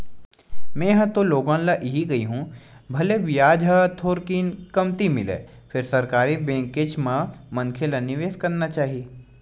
में हा ह तो लोगन ल इही कहिहूँ भले बियाज ह थोरकिन कमती मिलय फेर सरकारी बेंकेच म मनखे ल निवेस करना चाही